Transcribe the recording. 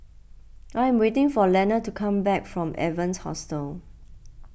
I am waiting for Leonor to come back from Evans Hostel